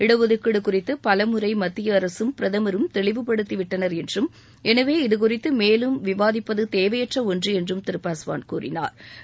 இடஒதுக்கீடு குறித்து பலமுறை மத்திய அரசும் பிரதமரும் தெளிவுபடுத்தி விட்டனர் என்றும் எனவே இதுகுறித்து மேலும் விவாதிப்பது தேவையற்ற ஒன்று என்றும் திரு பாஸ்வான் கூறினா்